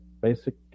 basic